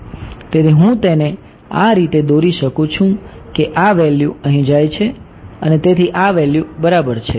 તેથી હું તેને આ રીતે દોરી શકું છું કે આ વેલ્યૂ અહીં જાય છે અને તેથી આ વેલ્યૂ બરાબર છે